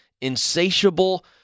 insatiable